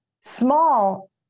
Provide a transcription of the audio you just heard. small